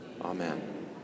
Amen